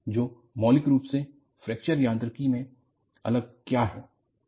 तो मौलिक रूप से फ्रैक्चर यांत्रिकी में अलग क्या है